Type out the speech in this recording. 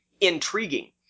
intriguing